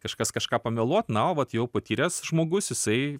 kažkas kažką pameluot na o vat jau patyręs žmogus jisai